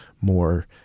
more